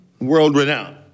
world-renowned